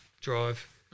drive